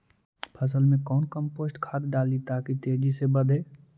फसल मे कौन कम्पोस्ट खाद डाली ताकि तेजी से बदे?